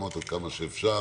ולהסכמות עד כמה שאפשר